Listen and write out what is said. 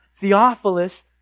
Theophilus